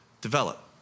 develop